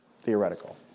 theoretical